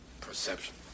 Perception